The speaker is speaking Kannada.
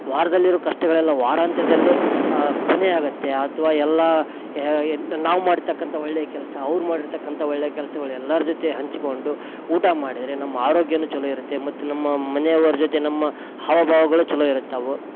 ವಾರದಲ್ಲಿರುವ ಕಷ್ಟಗಳೆಲ್ಲ ವಾರಂತ್ಯದಲ್ಲೆ ಕೊನೆ ಆಗುತ್ತೆ ಅಥ್ವ ಎಲ್ಲಾ ನಾವು ಮಾಡಿರ್ತಕ್ಕಂಥ ಒಳ್ಳೆಯ ಕೆಲಸ ಅವ್ರು ಮಾಡಿರ್ತಕ್ಕಂಥ ಒಳ್ಳೆಯ ಕೆಲಸಗಳ್ ಎಲ್ಲಾರ ಜೊತೆ ಹಂಚಿಕೊಂಡು ಊಟ ಮಾಡಿದರೆ ನಮ್ಮ ಆರೋಗ್ಯನು ಚಲೋ ಇರುತ್ತೆ ಮತ್ತು ನಮ್ಮ ಮನೆಯವರ ಜೊತೆ ನಮ್ಮ ಹಾವ ಭಾವಗಳು ಚಲೋ ಇರುತ್ತವು